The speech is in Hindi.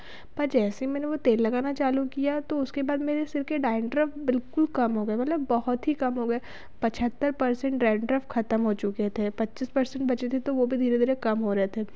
पर जैसे ही मैंने वह तेल लगाना चालू किया तो उसके बाद मेरे सिर के डैंड्रफ बिलकुल कम हो गए मतलब बहुत ही कम हो गए पचहत्तर पर्सेंट डैंड्रफ ख़त्म हो चुके थे पच्चीस पर्सेंट बचे थे तो वे भी धीरे धीरे कम हो रहे थे